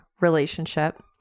relationship